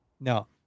No